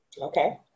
Okay